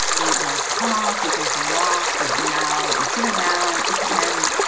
we just talk. we go for walks. we hang out. we sit around. it depends.